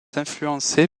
influencée